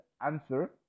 answer